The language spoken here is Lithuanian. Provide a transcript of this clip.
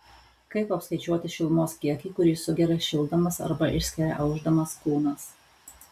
kaip apskaičiuoti šilumos kiekį kurį sugeria šildamas arba išskiria aušdamas kūnas